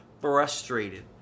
frustrated